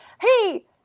hey